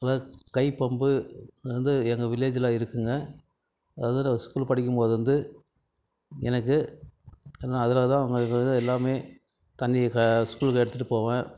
நல்ல கைப்பம்ப்பு அது வந்து எங்கள் விலேஜில் இருக்குதுங்க அது நான் ஸ்கூல் படிக்கும்போது இருந்து எனக்கு என்ன அதில் தான் உங்களுக்கு எல்லாமே தண்ணி ஸ்கூலுக்கு எடுத்துட்டு போவேன்